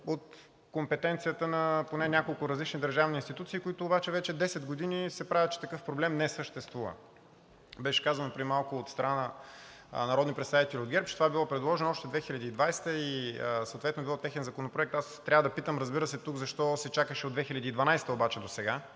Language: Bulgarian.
от компетенцията на поне няколко различни държавни институции, които обаче вече 10 години се правят, че такъв проблем не съществува. Беше казано преди малко от страна на народни представители от ГЕРБ, че това било предложено още 2020 г. и съответно е било техен законопроект. Аз трябва да питам, разбира се, тук: защо се чакаше обаче от 2012 г. досега,